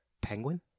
penguin